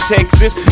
Texas